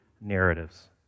narratives